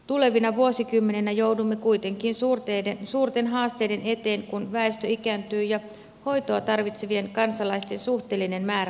tulevina vuosikymmeninä joudumme kuitenkin suurten haasteiden eteen kun väestö ikääntyy ja hoitoa tarvitsevien kansalaisten suhteellinen määrä kasvaa